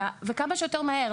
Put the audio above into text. וכמה שיותר מהר,